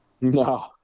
no